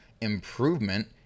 improvement